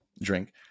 drink